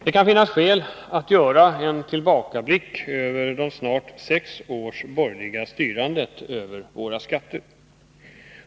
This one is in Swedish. Det kan finnas skäl att göra en tillbakablick över det snart sex år långa borgerliga styrandet över våra skatter.